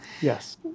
Yes